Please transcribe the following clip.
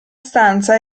stanza